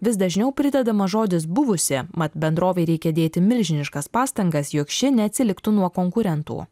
vis dažniau pridedama žodis buvusi mat bendrovei reikia dėti milžiniškas pastangas jog ši neatsiliktų nuo konkurentų